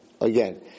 Again